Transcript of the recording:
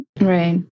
Right